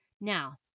Now